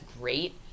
great